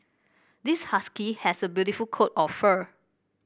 this husky has a beautiful coat of fur